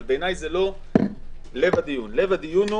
אבל בעיניי זה לא לב הדיון; לב הדיון,